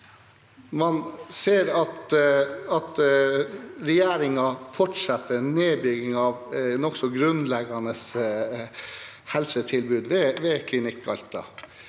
Man ser at regjeringen fortsetter nedbyggingen av nokså grunnleggende helsetilbud ved Klinikk Alta.